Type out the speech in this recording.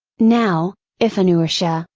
now, if inertia,